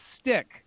stick